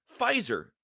Pfizer